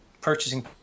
purchasing